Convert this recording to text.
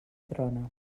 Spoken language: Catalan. trona